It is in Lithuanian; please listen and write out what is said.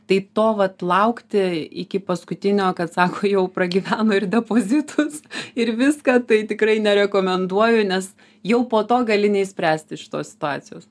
tai to vat laukti iki paskutinio kad sako jau pragyveno ir depozitus ir viską tai tikrai nerekomenduoju nes jau po to gali neišspręsti šitos situacijos